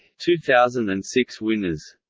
two thousand and six winners